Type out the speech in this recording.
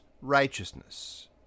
righteousness